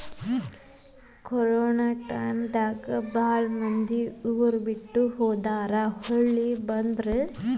corona time ದಾಗ ಬಾಳ ಮಂದಿ ಊರ ಬಿಟ್ಟ ಹೊದಾರ ಹೊಳ್ಳಿ ಬಂದ್ರ